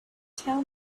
tell